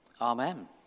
Amen